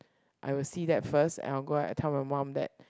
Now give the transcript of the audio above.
I will see that first and I'll go back I tell my mum that